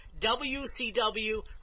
WCW